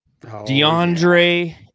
DeAndre